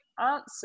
answer